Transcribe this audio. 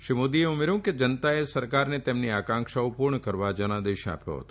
શ્રી મોદીએ જણાવ્યું કે જનતાએ સરકારને તેમની આકાંક્ષાઓ પૂર્ણ કરવા જનાદેશ આપ્યો હતો